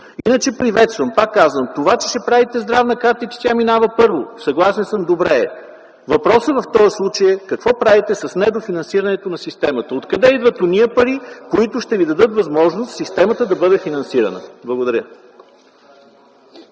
Иначе приветствам, пак казвам, това че ще правите Здравна карта и че тя минава първо, съгласен съм, добре е. Въпросът в този случай е: какво правите с недофинансирането на системата? Откъде идват онези пари, които ще ви дадат възможност системата да бъде финансирана? Благодаря.